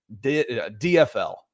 DFL